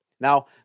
Now